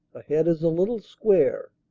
ahead is a little square.